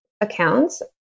accounts